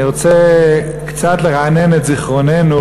אני רוצה קצת לרענן את זיכרוננו,